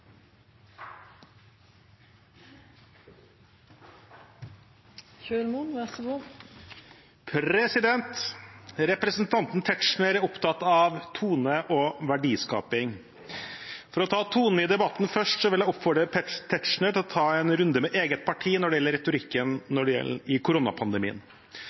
Representanten Tetzschner er opptatt av tone og verdiskaping. For å ta tonen i debatten først: Jeg vil oppfordre Tetzschner til å ta en runde med eget parti når det gjelder retorikken i